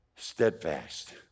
Steadfast